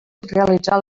realitzar